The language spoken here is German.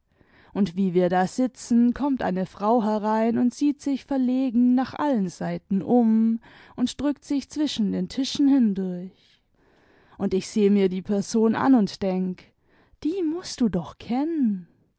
und wie wir da sitzen kommt eine frau herein und sieht sich verlegen nach allen seiten um und drückt sich zwischen den tischen hindurch und ich seh mir die person an imd denk die mußt du doch kennen